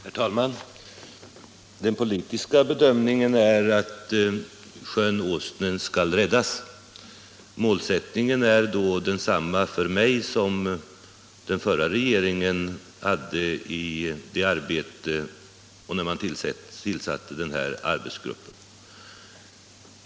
Herr talman! Den politiska bedömningen är att sjön Åsnen skall räddas. Målsättningen är därvid densamma för mig som för den förra regeringen, då man tillsatte arbetsgruppen.